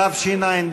התשע"ד.